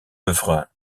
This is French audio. œuvre